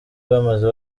bamaze